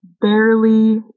barely